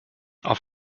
auf